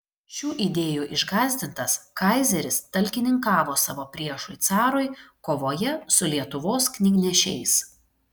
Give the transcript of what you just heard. šių idėjų išgąsdintas kaizeris talkininkavo savo priešui carui kovoje su lietuvos knygnešiais